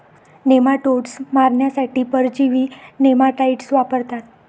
nematodes मारण्यासाठी परजीवी nematicides वापरतात